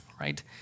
right